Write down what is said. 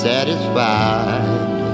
Satisfied